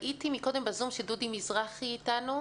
ראיתי בזום שדודי מזרחי איתנו.